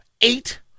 Eight